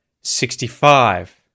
sixty-five